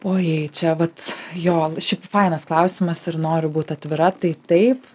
ojei čia vat jo šiaip fainas klausimas ir noriu būt atvira tai taip